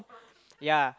yeah